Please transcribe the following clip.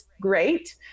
Great